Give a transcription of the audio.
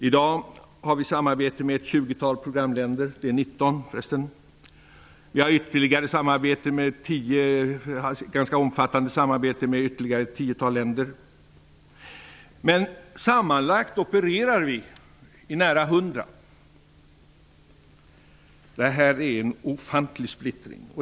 I dag har vi samarbete med 19 programländer, och vi har ett ganska omfattande samarbete med ytterligare ett tiotal länder. Men sammanlagt opererar vi i nära hundra länder. Detta innebär en ofantlig splittring.